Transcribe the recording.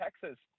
Texas